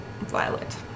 violet